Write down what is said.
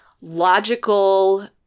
logical